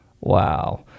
wow